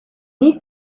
need